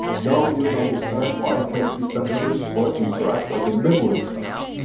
now we even understand why herpes damages or interacts at the memory side,